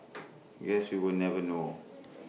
guess we will never know